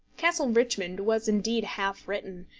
castle richmond was indeed half written,